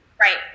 Right